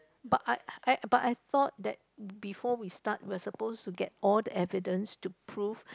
but I I but I thought that before we start we've suppose to get all the evidence to prove